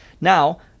now